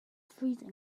freezing